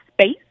space